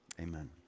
amen